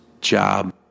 job